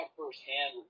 firsthand